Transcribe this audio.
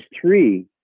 three